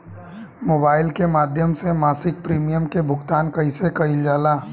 Mobile के माध्यम से मासिक प्रीमियम के भुगतान कैसे कइल जाला?